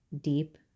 deep